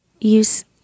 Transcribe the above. use